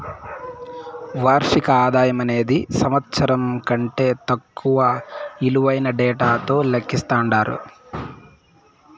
వార్షిక ఆదాయమనేది సంవత్సరం కంటే తక్కువ ఇలువైన డేటాతో లెక్కిస్తండారు